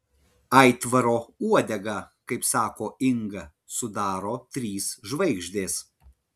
aitvaro uodegą kaip sako inga sudaro trys žvaigždės